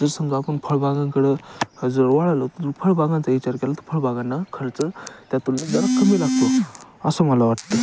जर समजा आपण फळबागांकडं जर वळलो तर फळबागांचा विचार केला तर फळबागांना खर्च त्यातून जरा कमी लागतो असं मला वाटतं